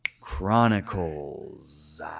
Chronicles